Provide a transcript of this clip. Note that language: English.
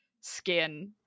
skin